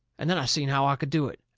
and then i seen how i could do it,